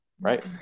right